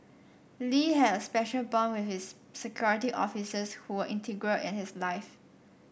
Lee had a special bond with his security officers who were integral in his life